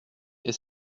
est